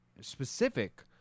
specific